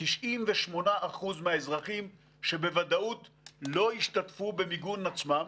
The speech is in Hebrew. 98% מהאזרחים שבוודאות לא ישתתפו במיגון עצמם,